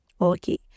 Okay